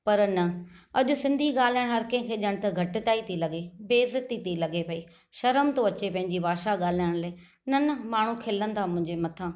पर न अॼु सिंधी ॻाल्हाइणु हर कंहिंखे ॼण त घटिताईं थी लॻे बेईज़ती थी लॻे पई शर्म थो अचे पंहिंजी भाषा ॻाल्हाइण लाइ न न माण्हू खिलंदा मुंहिंजे मथां